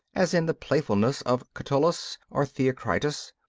as in the playfulness of catullus or theocritus,